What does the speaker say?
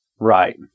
Right